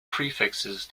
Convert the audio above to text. prefixes